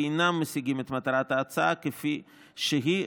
ואינם משיגים את מטרת ההצעה כפי שהיא,